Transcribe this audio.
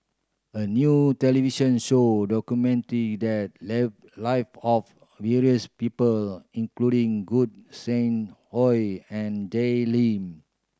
a new television show documented the live of various people including Gog Sing Hooi and Jay Lim